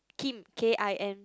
Kim K_I_M